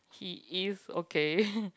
he is okay